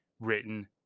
written